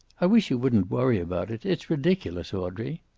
i wish you wouldn't worry about it. it's ridiculous, audrey.